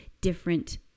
different